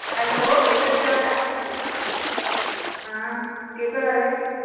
hello भैया केह् हाल ऐ हां केह् करा दे